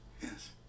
Yes